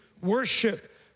worship